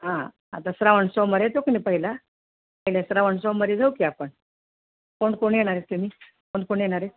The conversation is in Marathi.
हा आता श्रावण सोमवार येतो क न पहिला पहिल्या श्रावण सोमवारी जाऊ की आपण कोण कोण येणार तुम्ही कोण कोण येणार आहे